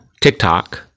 TikTok